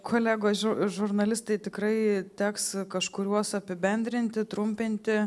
kolegos žurnalistai tikrai teks kažkuriuos apibendrinti trumpinti